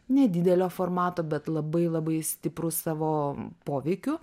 nedidelio formato bet labai labai stiprus savo poveikiu